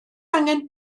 angen